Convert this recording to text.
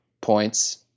points